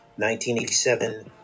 1987